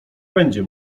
będzie